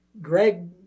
Greg